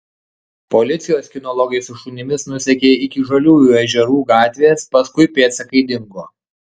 policijos kinologai su šunimis nusekė iki žaliųjų ežerų gatvės paskui pėdsakai dingo